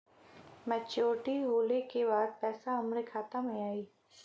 Maturity होले के बाद पैसा हमरे खाता में आई?